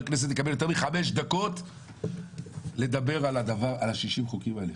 כנסת יקבל יותר מחמש דקות לדבר על ה-60 חוקים האלה.